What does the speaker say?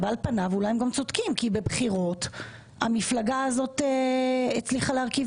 על פניו אולי הם גם צודקים כי בבחירות המפלגה הזאת הצליחה להרכיב